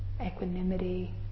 equanimity